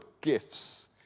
gifts